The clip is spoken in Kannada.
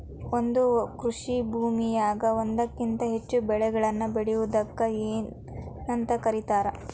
ಒಂದೇ ಕೃಷಿ ಭೂಮಿಯಾಗ ಒಂದಕ್ಕಿಂತ ಹೆಚ್ಚು ಬೆಳೆಗಳನ್ನ ಬೆಳೆಯುವುದಕ್ಕ ಏನಂತ ಕರಿತಾರಿ?